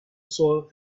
saw